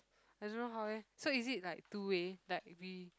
I don't know how eh so is it like two way like we